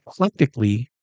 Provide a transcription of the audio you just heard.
eclectically